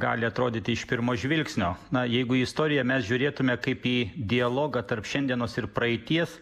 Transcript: gali atrodyti iš pirmo žvilgsnio na jeigu į istoriją mes žiūrėtume kaip į dialogą tarp šiandienos ir praeities